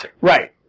Right